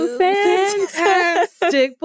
fantastic